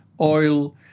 oil